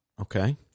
Okay